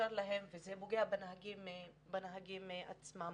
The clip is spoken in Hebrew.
בנהגים עצמם.